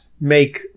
make